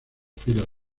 filas